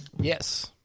Yes